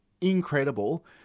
incredible